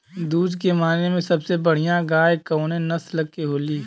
दुध के माने मे सबसे बढ़ियां गाय कवने नस्ल के होली?